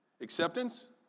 Acceptance